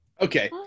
Okay